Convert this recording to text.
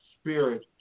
spirit